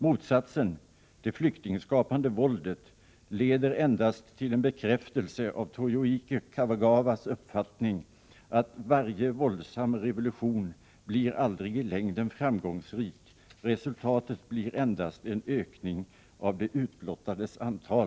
Motsatsen, det flyktingskapande våldet, leder endast till en bekräftelse av Toyohiko Kagawas uppfattning: ”Varje våldsam revolution blir aldrig i längden framgångsrik — resultatet blir endast en ökning av de utblottades antal.”